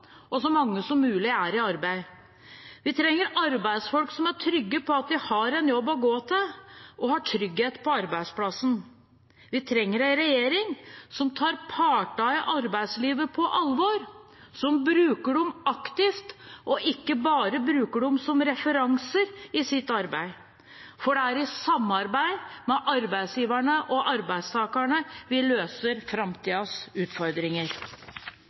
og så mange som mulig er i arbeid. Vi trenger arbeidsfolk som er trygge på at de har en jobb å gå til, og som har trygghet på arbeidsplassen. Vi trenger en regjering som tar partene i arbeidslivet på alvor, som bruker dem aktivt, og som ikke bare bruker dem som referanser i sitt arbeid. For det er i samarbeid med arbeidsgiverne og arbeidstakerne vi løser framtidens utfordringer.